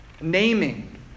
Naming